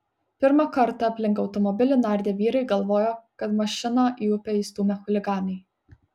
pirmą kartą aplink automobilį nardę vyrai galvojo kad mašiną į upę įstūmė chuliganai